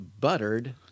buttered